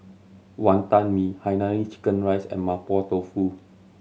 Wonton Mee Hainanese chicken rice and Mapo Tofu